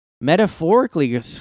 metaphorically